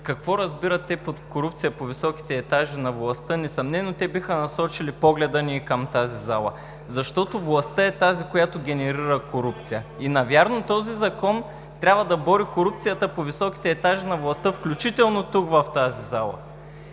какво разбират под корупция по високите етажи на властта, несъмнено те биха насочили погледа към тази зала, защото властта е тази, която генерира корупция. Навярно този Закон трябва да бори корупцията по високите етажи на властта, включително и в тази зала.